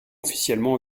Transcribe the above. officiellement